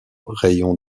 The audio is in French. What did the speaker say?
raïon